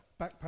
backpack